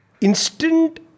instant